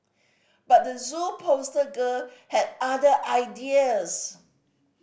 but the Zoo poster girl had other ideas